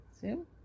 Zoom